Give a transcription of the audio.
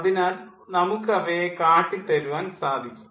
അതിനാൽ നമുക്ക് അവയെ കാട്ടിത്തരുവാൻ സാധിക്കും